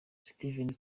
steven